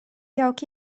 jauki